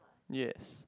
yes